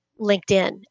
LinkedIn